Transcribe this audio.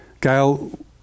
Gail